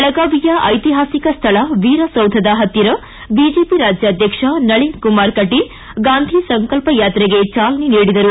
ಬೆಳಗಾವಿಯ ಐತಿಹಾಸಿಕ ಸ್ಥಳ ವೀರಸೌಧದ ಪತ್ತಿರ ಬಿಜೆಪಿ ರಾಜ್ಯಾಧ್ಯಕ್ಷ ನಳಿನಕುಮಾರ ಕಟೀಲ್ ಗಾಂಧಿ ಸಂಕಲ್ಪ ಯಾತ್ರೆಗೆ ಚಾಲನೆ ನೀಡಿದರು